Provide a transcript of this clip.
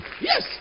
yes